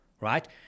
right